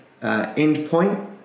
endpoint